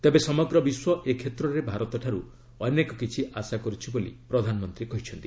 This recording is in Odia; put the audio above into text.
ତେବେ ସମଗ୍ର ବିଶ୍ୱ ଏକ୍ଷେତ୍ରରେ ଭାରତଠାରୁ ଅନେକ କିଛି ଆଶା କରୁଛି ବୋଲି ପ୍ରଧାନମନ୍ତ୍ରୀ କହିଛନ୍ତି